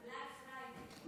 Black Friday.